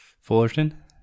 Fullerton